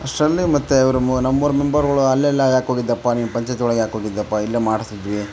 ಅಷ್ಟರಲ್ಲಿ ಮತ್ತು ಅವ್ರು ಮ ನಂಬರ್ ಮೆಂಬರ್ಗಳ್ ಅಲ್ಲೆಲ್ಲ ಯಾಕೆ ಹೋಗಿದ್ಯಪ್ಪ ನೀನು ಪಂಚಾಯತಿ ಒಳಗೆ ಯಾಕೆ ಹೋಗಿದ್ಯಪ್ಪ ಇಲ್ಲೆ ಮಾಡಿಸ್ತಿದ್ವಿ